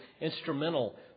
instrumental